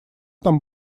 там